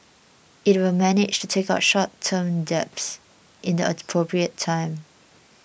it will manage to take out short term debts in the appropriate time